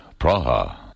Praha